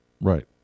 Right